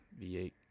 V8